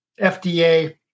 FDA